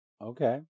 Okay